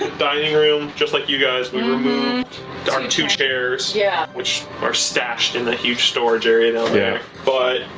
dining room, just like you guys, we removed our two chairs yeah which are stashed in the huge storage area down there. but,